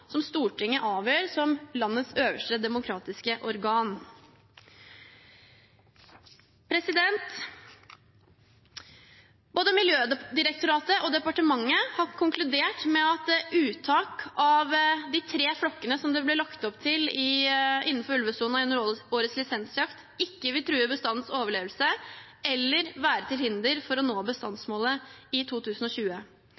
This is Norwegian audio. som Stortinget, som landets øverste demokratiske organ, avgjør. Både Miljødirektoratet og departementet har konkludert med at uttak av de tre flokkene som det ble lagt opp til innenfor ulvesonen under årets lisensjakt, ikke vil true bestandens overlevelse eller er til hinder for å nå